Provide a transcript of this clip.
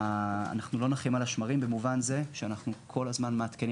אנחנו לא נחים על השמרים במובן זה שאנחנו כל הזמן מעדכנים